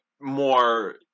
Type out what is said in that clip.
more